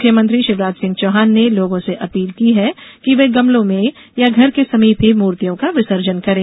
मुख्यमंत्री शिवराज सिंह चौहान ने लोगों से अपील की है कि वे गमलों में या घर के समीप ही मूर्तियों का विसर्जन करें